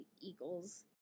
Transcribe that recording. eagles